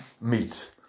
meat